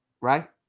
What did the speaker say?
right